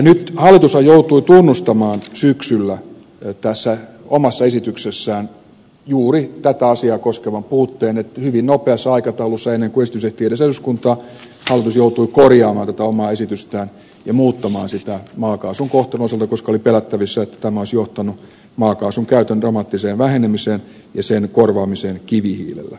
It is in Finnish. nythän hallitus joutui tunnustamaan syksyllä omassa esityksessään juuri tätä asiaa koskevan puutteen että hyvin nopeassa aikataulussa ennen kuin esitys edes ehti eduskuntaan hallitus joutui korjaamaan tätä omaa esitystään ja muuttamaan sitä maakaasun kohtelun osalta koska oli pelättävissä että tämä olisi johtanut maakaasun käytön dramaattiseen vähenemiseen ja sen korvaamiseen kivihiilellä